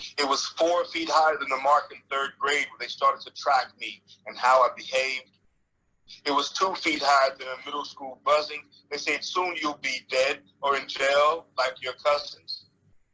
it was four feet higher than the mark and third grade when they started to track me. and how i ah behaved it was two feet higher than a middle school buzzing. they said, soon you'll be dead or in jail like your cousins.